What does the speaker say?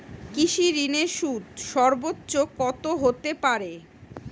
কৃষিঋণের সুদ সর্বোচ্চ কত হতে পারে?